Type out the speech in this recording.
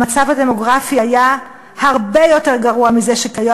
המצב הדמוגרפי היה הרבה יותר גרוע מזה שקיים